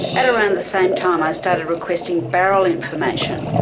at around the same time i started requesting barrel information.